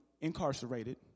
incarcerated